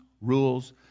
rules